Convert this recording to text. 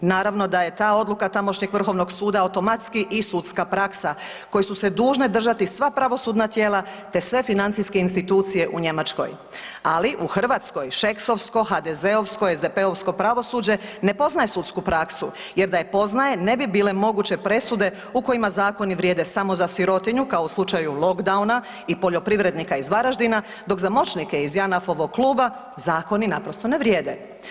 Naravno da je ta odluka tamošnjeg Vrhovnog suda automatski i sudska praksa koje su se dužne držati sva pravosudna tijela te sve financijske institucije u Njemačkoj ali u Hrvatskoj šeksovsko, HDZ-ovsko, SDP-ovsko pravosuđe ne poznaje sudsku praksu jer da je poznaje, ne bi bile moguće presude u kojima zakoni vrijede za sirotinju kao u slučaju lockdowna i poljoprivrednika iz Varaždina dok za moćnike iz Janaf-ovog kluba zakoni naprosto ne vrijede.